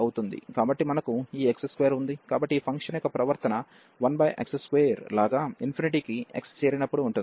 కాబట్టి మనకు ఈ x2 ఉంది కాబట్టి ఈ ఫంక్షన్ యొక్క ప్రవర్తన 1x2 లాగా కి x చేరినప్పుడు ఉంటుంది